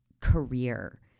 career